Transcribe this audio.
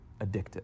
addictive